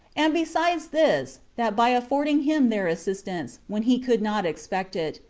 and besides this, that by affording him their assistance, when he could not expect it,